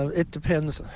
ah it depends.